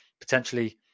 potentially